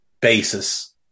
basis